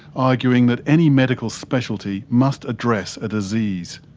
arguing that any medical specialty must address a disease,